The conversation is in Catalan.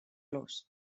los